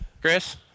Chris